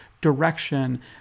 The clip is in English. direction